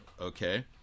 okay